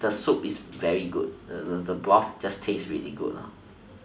the soup is really good the broth is just really good